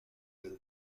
the